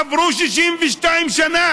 עברו 62 שנה,